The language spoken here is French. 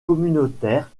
communautaire